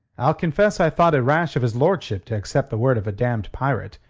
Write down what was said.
i'll confess i thought it rash of his lordship to accept the word of a damned pirate.